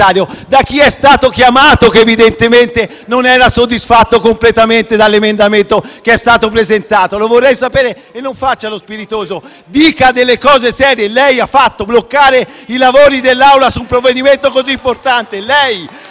da chi è stato chiamato, persona che evidentemente non era soddisfatta completamente dall'emendamento presentato. Lo vorrei sapere, e non faccia lo spiritoso, dica delle cose serie. Lei ha fatto bloccare i lavori dell'Aula su un provvedimento così importante